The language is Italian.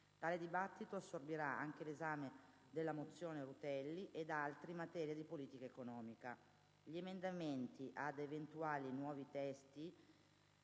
Tale dibattito assorbirà anche l'esame della mozione Rutelli ed altri in materia di politica economica. Gli emendamenti ad eventuali nuovi testi